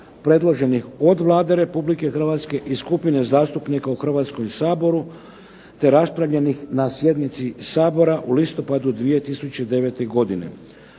predloženih od Vlade Republike Hrvatske i skupine zastupnika u Hrvatskom saboru, te raspravljenih na sjednici Sabora u listopadu 2009. godine.